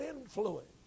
influence